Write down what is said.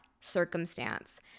circumstance